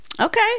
okay